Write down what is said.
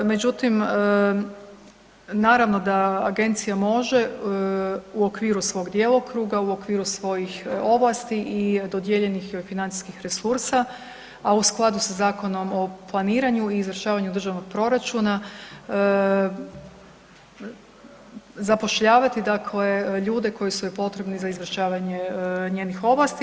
Međutim, naravno da agencija može u okviru svog djelokruga, u okviru svojih ovlasti i dodijeljenih joj financijskih resursa, a u skladu sa Zakonom o planiranju i izvršavanju državnog proračuna zapošljavati ljude dakle koji su joj potrebni za izvršavanje njenih ovlasti.